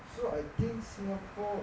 so I think singapore